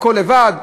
הכול לבד?